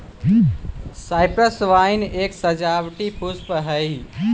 cypress vine एक सजावटी पुष्प हई